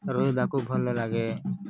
ରହିିବାକୁ ଭଲ ଲାଗେ